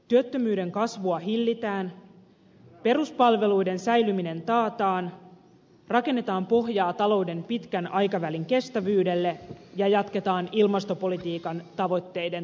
työttömyyden kasvua hillitään peruspalveluiden säilyminen taataan rakennetaan pohjaa talouden pitkän aikavälin kestävyydelle ja jatketaan ilmastopolitiikan tavoitteiden toteuttamista